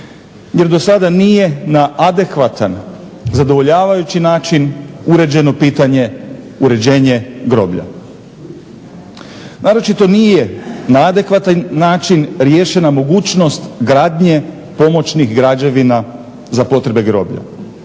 jer do sada nije na adekvatan, zadovoljavajući način uređeno pitanje uređenja groblja. Naročito nije na adekvatan način riješena mogućnost gradnje pomoćnih građevina za potrebe groblja,